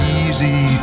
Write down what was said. easy